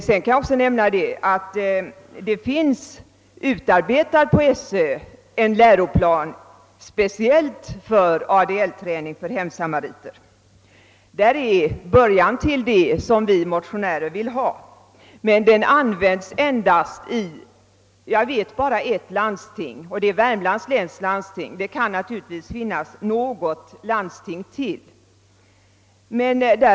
Jag kan också nämna att det på Sö finns en speciell läroplan utarbetad för ADL-träning för hemsamariter. Den är början till vad vi motionärer vill ha, men den används såvitt jag vet bara i ett landsting, nämligen Värmlands läns; naturligtvis kan det röra sig om något landsting till.